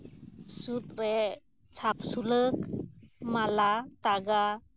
ᱥᱩᱫᱽᱨᱮ ᱪᱷᱟᱯ ᱥᱩᱞᱟᱹᱠ ᱢᱟᱞᱟ ᱛᱟᱜᱟ